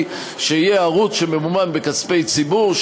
היא שיהיה ערוץ שממומן בכספי ציבור,